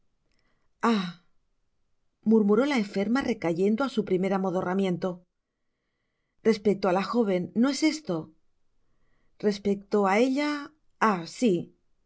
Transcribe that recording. murmuró la enferma recayendo á su primer amodorramiento respecto á la joven no es esto respecto á a ella ah si